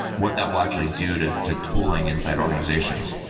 what that will actually do to to tooling inside organizations.